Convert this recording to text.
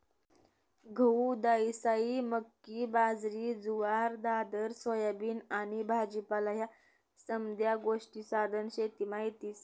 गहू, दायीसायी, मक्की, बाजरी, जुवार, दादर, सोयाबीन आनी भाजीपाला ह्या समद्या गोष्टी सधन शेतीमा येतीस